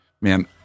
man